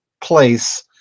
place